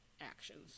actions